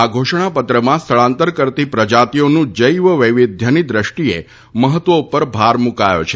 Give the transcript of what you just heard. આ ઘોષણાપત્રમાં સ્થળાંતર કરતી પ્રજાતિઓનું જૈવ વૈવિધ્યની દ્રષ્ટિએ મહત્વ ઉપર ભાર મુકાયો છે